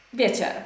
wiecie